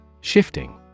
Shifting